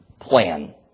plan